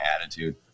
attitude